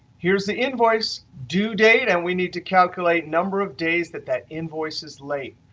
here's the invoice due date and we need to calculate number of days that that invoice is late.